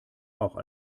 auch